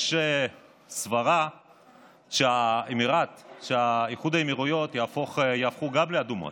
יש סברה שאיחוד האמירויות יהפכו גם הן לאדומות,